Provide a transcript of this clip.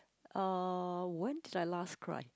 uh when did I last cry